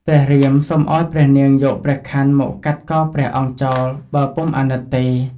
ព្រះរាមសុំឱ្យព្រះនាងយកព្រះខ័នមកកាត់កព្រះអង្គចោលបើពុំអាណិតទេ។